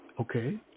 Okay